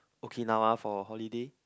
Okinawa for a holiday